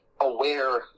aware